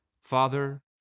father